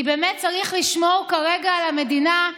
כי באמת צריך לשמור כרגע על המדינה,